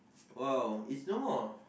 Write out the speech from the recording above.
!wow! it's no more